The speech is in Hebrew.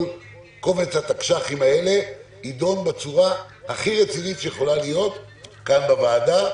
כל קובץ התקש"חים הזה ידון בצורה הכי רצינית שיכולה להיות כאן בוועדה,